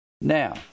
Now